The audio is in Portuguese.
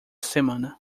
semana